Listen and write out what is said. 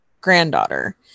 granddaughter